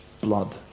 blood